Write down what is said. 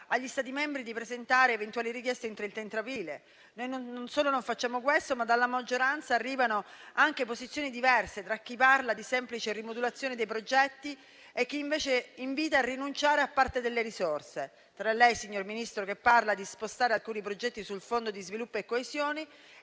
agli Stati membri di presentare eventuali richieste entro il 30 aprile: noi non solo non facciamo questo, ma dalla maggioranza arrivano anche posizioni diverse tra chi parla di semplice rimodulazione dei progetti e chi invece invita a rinunciare a parte delle risorse; tra lei, signor Ministro, che parla di spostare alcuni progetti sul Fondo di sviluppo e coesione,